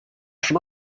schon